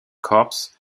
corps